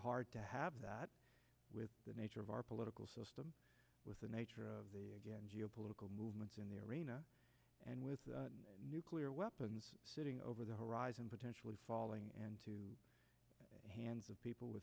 hard to have that with the nature of our political system with the nature of the again geo political movements in the arena and with nuclear weapons sitting over the horizon potentially falling into the hands of people w